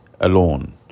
alone